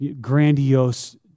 grandiose